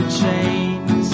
chains